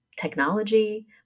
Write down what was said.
Technology